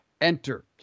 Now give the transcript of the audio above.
enter